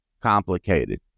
complicated